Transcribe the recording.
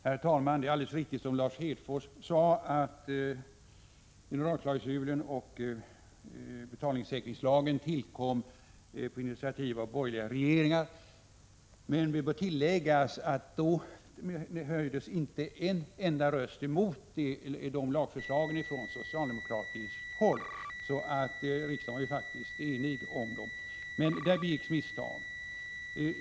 Herr talman! Det är alldeles riktigt som Lars Hedfors sade att generalklausulen och betalningssäkringslagen tillkom på initiativ av borgerliga regeringar men det bör tilläggas att då höjdes inte en enda röst emot lagförslagen från socialdemokratiskt håll. Riksdagen var faktiskt enig om dessa förslag, men där begicks misstag.